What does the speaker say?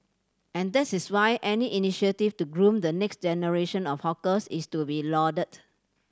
and that is why any initiative to groom the next generation of hawkers is to be lauded